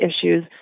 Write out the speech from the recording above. issues